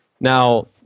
Now